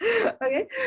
Okay